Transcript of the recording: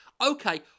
Okay